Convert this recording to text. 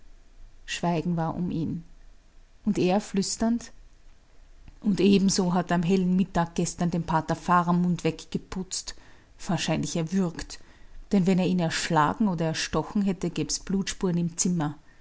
schweigen war um ihn und er flüsternd und ebenso hat er am hellen mittag gestern den pater faramund weggeputzt wahrscheinlich erwürgt denn wenn er ihn erschlagen oder erstochen hätte gab es blutspuren im zimmer